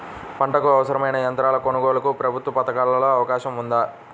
పంటకు అవసరమైన యంత్రాల కొనగోలుకు ప్రభుత్వ పథకాలలో అవకాశం ఉందా?